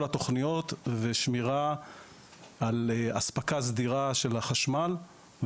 התוכניות ושמירה על אספקה סדירה של החשמל.